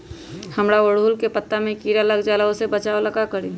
हमरा ओरहुल के पत्ता में किरा लग जाला वो से बचाबे ला का करी?